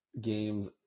games